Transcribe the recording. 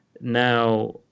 now